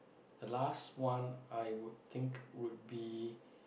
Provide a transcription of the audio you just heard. the last one I would think would be